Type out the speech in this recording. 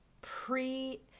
pre